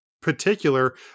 particular